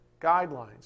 guidelines